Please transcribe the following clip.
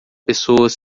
pessoas